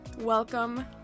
welcome